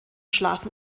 schlafen